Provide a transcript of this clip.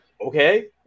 okay